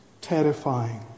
terrifying